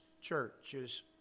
churches